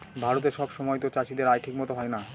ভারতে সব সময়তো চাষীদের আয় ঠিক মতো হয় না